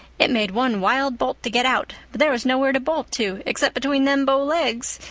it made one wild bolt to get out, but there was nowhere to bolt to except between them bow legs.